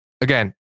again